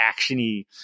actiony